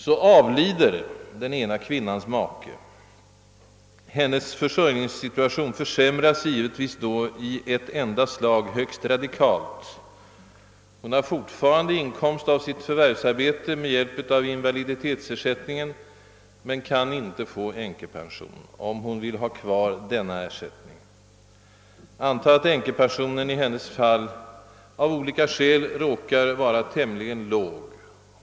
Så avlider den ena kvinnans make. Hennes försörjningssituation försämras givetvis i ett enda slag högst radikalt. Hon har fortfarande inkomst av sitt förvärvsarbete med hjälp av invaliditetsersättningen men kan inte få änkepension, om hon vill ha kvar denna ersättning. Antag att änkepensionen i hennes fall av olika skäl är tämligen låg.